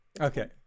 Okay